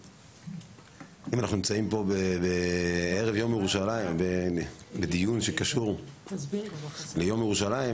אם אנחנו נמצאים פה בערב יום ירושלים בדיון שקשור ליום ירושלים,